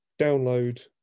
download